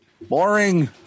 Boring